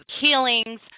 healings